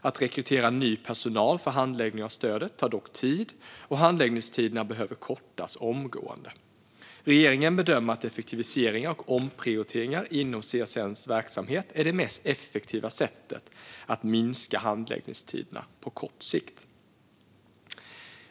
Att rekrytera ny personal för handläggning av stödet tar dock tid, och handläggningstiderna behöver kortas omgående. Regeringen bedömer att effektiviseringar och omprioriteringar inom CSN:s verksamhet är det mest effektiva sättet att minska handläggningstiderna på kort sikt.